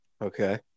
Okay